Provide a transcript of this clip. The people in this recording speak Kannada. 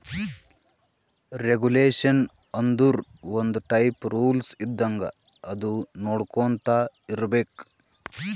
ರೆಗುಲೇಷನ್ ಆಂದುರ್ ಒಂದ್ ಟೈಪ್ ರೂಲ್ಸ್ ಇದ್ದಂಗ ಅದು ನೊಡ್ಕೊಂತಾ ಇರ್ಬೇಕ್